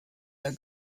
der